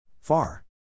FAR